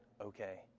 okay